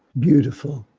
beautiful.